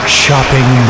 shopping